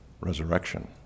resurrection